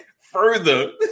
further